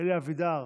אלי אבידר,